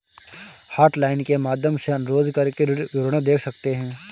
hotline के माध्यम से अनुरोध करके ऋण विवरण देख सकते है